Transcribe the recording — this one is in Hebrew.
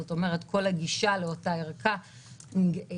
זאת אומרת שכל הגישה לאותה ערכה נדרשת